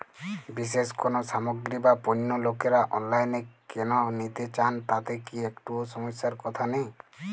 বিশেষ কোনো সামগ্রী বা পণ্য লোকেরা অনলাইনে কেন নিতে চান তাতে কি একটুও সমস্যার কথা নেই?